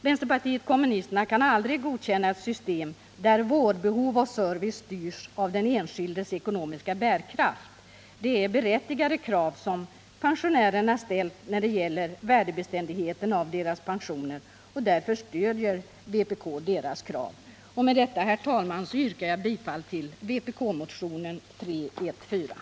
Vänsterpartiet kommunisterna kan aldrig godkänna ett system där vårdbehov och service styrs av den enskildes ekonomiska bärkraft. Det är berättigade krav som pensionärerna ställt när det gäller värdebeständigheten av deras pensioner, och därför stöder vpk deras krav. Med detta, herr talman, yrkar jag bifall till vpk-motionen 314.